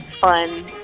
fun